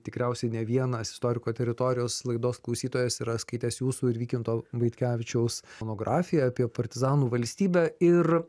tikriausiai ne vienas istoriko teritorijos laidos klausytojas yra skaitęs jūsų ir vykinto vaitkevičiaus monografiją apie partizanų valstybę ir